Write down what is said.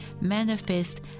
manifest